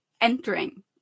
entering